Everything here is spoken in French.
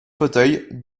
fauteuil